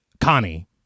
Connie